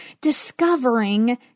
Discovering